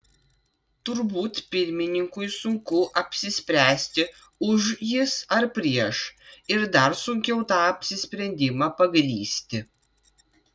turbūt pirmininkui sunku apsispręsti už jis ar prieš ir dar sunkiau tą apsisprendimą pagrįsti